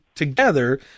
Together